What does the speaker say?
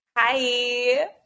Hi